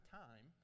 time